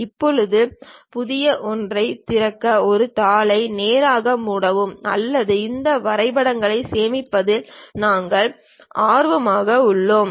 இப்போது புதிய ஒன்றைத் திறக்க இந்த தாளை நேராக மூடலாம் அல்லது இந்த வரைபடங்களைச் சேமிப்பதில் நாங்கள் ஆர்வமாக உள்ளோம்